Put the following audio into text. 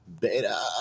Beta